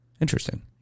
Interesting